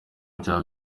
bya